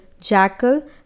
Jackal